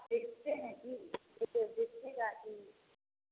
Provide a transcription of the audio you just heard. देखते हैं ठीक देखिएगा की